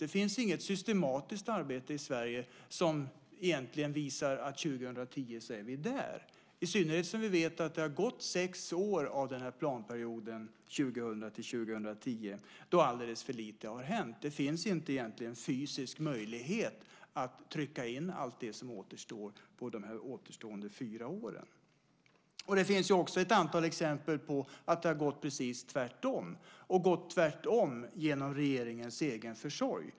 Det finns inget systematiskt arbete i Sverige som visar att vi är där 2010, i synnerhet som vi vet att det har gått sex år av planperioden 2000-2010 då alldeles för lite har hänt. Det finns egentligen inte fysisk möjlighet att trycka in allt det som återstår på de återstående fyra åren. Det finns också ett antal exempel på att det har gått precis tvärtom genom regeringens egen försorg.